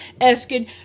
Asking